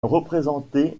représentée